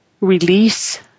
release